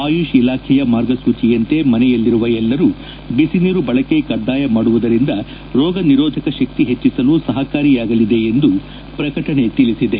ಆಯುಷ್ ಇಲಾಖೆಯ ಮಾರ್ಗಸೂಚೆಯಂತೆ ಮನೆಯಲ್ಲಿರುವ ಎಲ್ಲರೂ ಬಿಸಿನೀರು ಬಳಕೆ ಕಡ್ಡಾಯಮಾಡುವುದರಿಂದ ರೋಗ ನಿರೋಧಕ ಶಕ್ತಿ ಹೆಚ್ಚಿಸಲು ಸಹಕಾರಿಯಾಗಲಿದೆ ಎಂದು ಪ್ರಕಟಣೆ ತಿಳಿಸಿದೆ